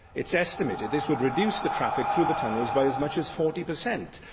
it's estimated this would reduce the traffic through the tunnels by as much as forty per cent.